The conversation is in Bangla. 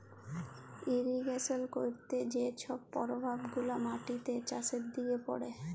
ইরিগেশল ক্যইরতে যে ছব পরভাব গুলা মাটিতে, চাষের দিকে পড়ে